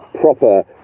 proper